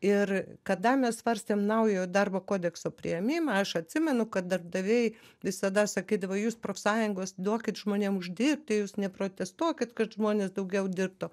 ir kada mes svarstėm naujojo darbo kodekso priėmimą aš atsimenu kad darbdaviai visada sakydavo jūs profsąjungos duokit žmonėm uždirbti jūs neprotestuokit kad žmonės daugiau dirbtų